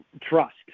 trust